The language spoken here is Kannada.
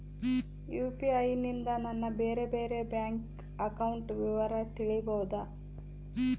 ಯು.ಪಿ.ಐ ನಿಂದ ನನ್ನ ಬೇರೆ ಬೇರೆ ಬ್ಯಾಂಕ್ ಅಕೌಂಟ್ ವಿವರ ತಿಳೇಬೋದ?